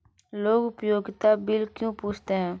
लोग उपयोगिता बिल क्यों पूछते हैं?